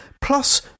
plus